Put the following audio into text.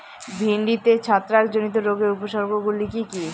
ভিন্ডিতে ছত্রাক জনিত রোগের উপসর্গ গুলি কি কী?